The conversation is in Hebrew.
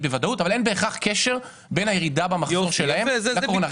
בוודאות קשר בין הירידה במחזור שלהם לקורונה.